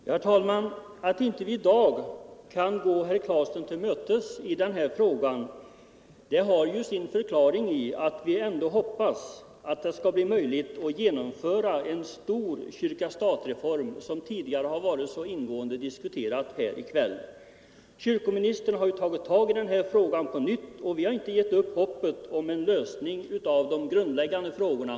Herr talman! Att vi inte i dag kan gå herr Claeson till mötes i denna fråga har ju sin förklaring i att vi ändå hoppas att det skall bli möjligt att genomföra en stor kyrka-stat-reform, något som tidigare varit så ingående diskuterat här i dag. Kyrkoministern har ju fattat tag i denna fråga på nytt, och vi har inte givit upp hoppet om en lösning när det gäller de grundläggande frågorna.